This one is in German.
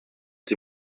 die